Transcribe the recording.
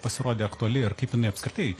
pasirodė aktuali ir kaip apskritai